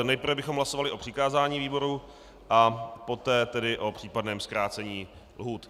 Nejprve bychom hlasovali o přikázání výboru a poté o případném zkrácení lhůt.